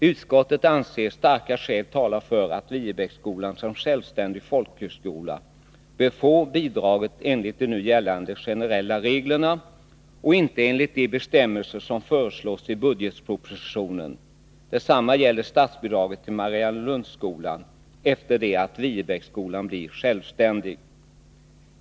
Utskottet anser starka skäl tala för att Viebäcksskolan som självständig folkhögskola bör få statsbidrag enligt de nu gällande generella reglerna och inte enligt de särbestämmelser som föreslås i budgetpropositionen. Detsamma gäller statsbidraget till Mariannelundsskolan efter det att Viebäcksskolan blivit självständig.